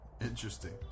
Interesting